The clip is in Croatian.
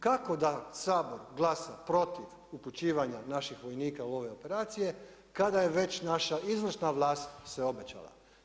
Kako da Sabor glasa protiv uključivanja naših vojnika u ove operacije kada je već naša izvršna vlast sve obećala.